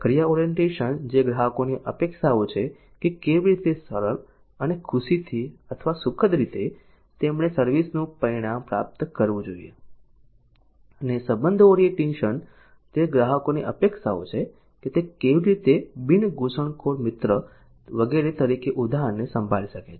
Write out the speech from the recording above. પ્રક્રિયા ઓરિએન્ટેશન જે ગ્રાહકોની અપેક્ષાઓ છે કે કેવી રીતે સરળ અથવા ખુશીથી અથવા સુખદ રીતે તેમણે સર્વિસ નું પરિણામ પ્રાપ્ત કરવું જોઈએ અને સંબંધ ઓરિએન્ટેશન તે ગ્રાહકોની અપેક્ષાઓ છે કે તે કેવી રીતે બિન ઘુસણખોર મિત્ર વગેરે તરીકે ઉદાહરણને સાંકળી શકે છે